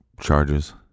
charges